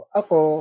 ako